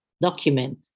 document